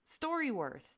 StoryWorth